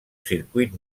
circuit